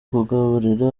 kugaburira